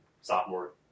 sophomore